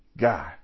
God